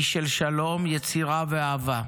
איש של שלום, יצירה ואהבה,